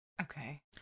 Okay